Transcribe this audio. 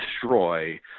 destroy